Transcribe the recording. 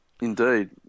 Indeed